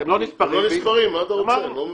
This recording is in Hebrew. הם לא נספרים, מה אתה רוצה, אני לא מבין.